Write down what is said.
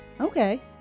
Okay